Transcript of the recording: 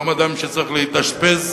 היום אדם שצריך להתאשפז